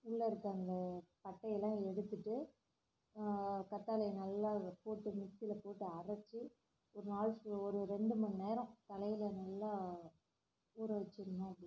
உள்ளே இருக்க அந்த சக்கையெல்லாம் எடுத்துட்டு கத்தாழைய நல்லா போட்டு மிக்ஸியில போட்டு அரைச்சி ஒரு நாள் ஒரு ரெண்டு மணிநேரம் தலையில் நல்லா ஊற வச்சிருந்தோம் அப்படின்னா